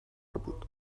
بود